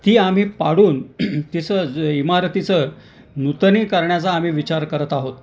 ती आम्ही पाडून तिचं ज इमारतीचं नूतनीकरणाचा आम्ही विचार करत आहोत